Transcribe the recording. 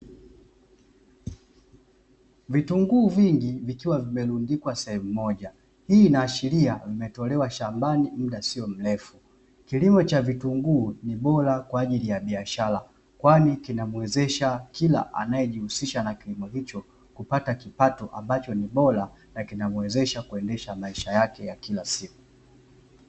Vitunguu vingi vikiwa vimerundikwa sehemu moja, hii inaashiria vimetolewa shambani muda siyo mrefu. Kilimo cha vitunguu ni bora kwa ajili ya biashara, kwani kinamuwezesha kila anayejihusisha na kilimo hicho, kupata kipato ambacho ni bora na kinamuwezesha kuendesha maisha yake ya kila siku.